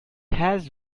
has